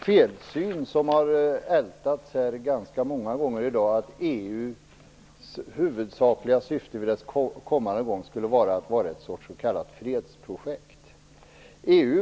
Herr talman! Jag tror att det är en felsyn, som har ältats ganska många gånger här i dag, att det skulle vara EU:s huvudsakliga syfte att vara en sorts fredsprojekt.